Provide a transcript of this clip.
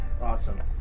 awesome